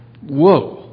Whoa